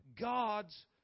God's